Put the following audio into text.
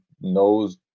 knows